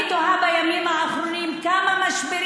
אני תוהה בימים האחרונים כמה משברים